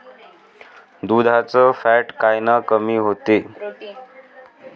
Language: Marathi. दुधाचं फॅट कायनं कमी होते?